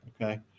okay